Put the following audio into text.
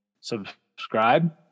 subscribe